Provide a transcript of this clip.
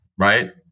Right